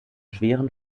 schweren